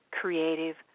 creative